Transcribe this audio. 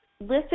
Listen